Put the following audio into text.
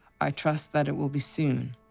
i trust that it will be soon,